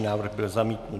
Návrh byl zamítnut.